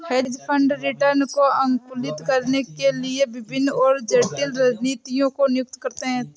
hedge fund return को अनुकूलित करने के लिए विभिन्न और जटिल रणनीतियों को नियुक्त करते हैं